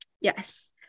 Yes